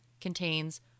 contains